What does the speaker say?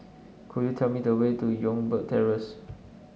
could you tell me the way to Youngberg Terrace